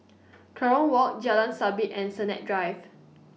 Kerong Walk Jalan Sabit and Sennett Drive